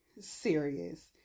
serious